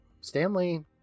Stanley